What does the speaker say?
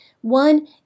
One